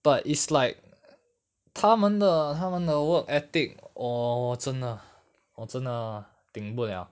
but it's like 他们的他们的 work ethic 我我真的我真的顶不了